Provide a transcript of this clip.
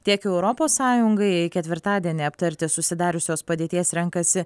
tiek europos sąjungai ketvirtadienį aptarti susidariusios padėties renkasi